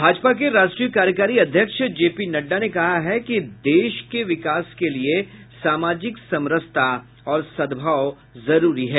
भाजपा के राष्ट्रीय कार्यकारी अध्यक्ष जेपी नड़डा ने कहा है कि देश के विकास के लिए विकास में सामाजिक समरसता और सद्भाव जरूरी है